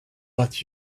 what